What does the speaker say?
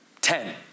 Ten